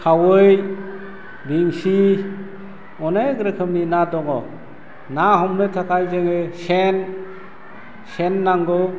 खावै बेंसि अनेक रोखोमनि ना दङ ना हमनो थाखाय जोङो सेन सेन नांगौ